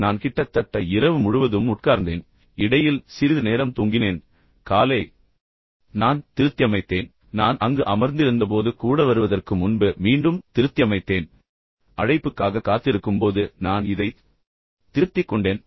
எனவே நான் கிட்டத்தட்ட இரவு முழுவதும் உட்கார்ந்தேன் இடையில் சிறிது நேரம் தூங்கினேன் பின்னர் காலை நான் திருத்தியமைத்தேன் நான் அங்கு அமர்ந்திருந்தபோது கூட வருவதற்கு முன்பு மீண்டும் திருத்தியமைத்தேன் அழைப்புக்காகக் காத்திருக்கும்போது நான் மீண்டும் இதைத் திருத்திக்கொண்டேன்